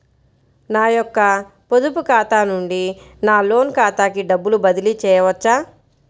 నా యొక్క పొదుపు ఖాతా నుండి నా లోన్ ఖాతాకి డబ్బులు బదిలీ చేయవచ్చా?